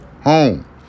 home